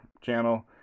channel